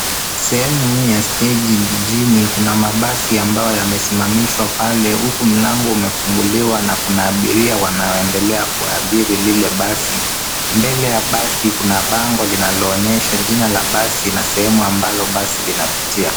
Sehemu hii ya steji jijini kuna mabasi ambayo yamesimamishwa pale huku mlango umefunguliwa na kuna abiria wanaoendelea kuabiri lile basi. Mbele ya basi kuna bango linaloonyesha jina la basi na sehemu ambalo basi linapitia.